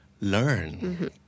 Learn